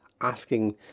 asking